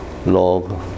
Log